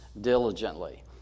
diligently